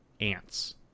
ants